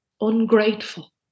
ungrateful